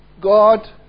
God